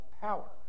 power